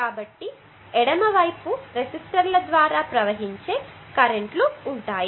కాబట్టి ఎడమ వైపు రెసిస్టర్ల ద్వారా ప్రవహించే కర్రెంట్లు ఉంటాయి